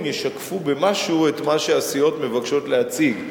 ישקפו במשהו את מה שהסיעות מבקשות להציג,